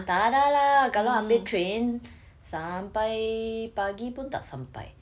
tak ada lah kalau ambil train sampai pagi pun tak sampai